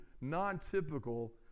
non-typical